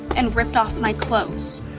and ripped off my clothes.